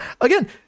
again